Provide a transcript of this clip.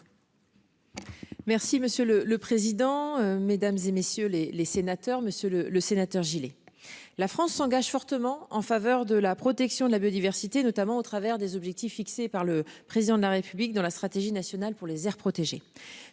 Merci monsieur le le président, mesdames, et messieurs les les sénateurs, monsieur le le sénateur gilet. La France s'engage fortement en faveur de la protection de la biodiversité, notamment au travers des objectifs fixés par le président de la République dans la stratégie nationale pour les aires protégées.